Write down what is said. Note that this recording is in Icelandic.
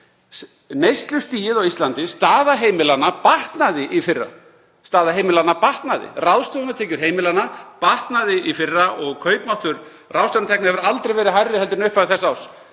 neyslustigið á Íslandi, staða heimilanna, batnaði í fyrra. Staða heimilanna batnaði, ráðstöfunartekjur heimilanna bötnuðu í fyrra og kaupmáttur ráðstöfunartekna hefur aldrei verið hærri en í upphafi þessa árs.